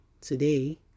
today